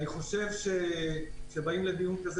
אני חושב שכאשר באים לדיון כזה,